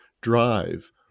drive